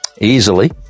easily